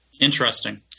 interesting